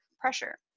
pressure